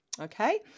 Okay